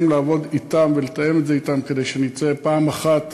לעבוד אתם ולתאם את זה אתם כדי שנצא פעם אחת,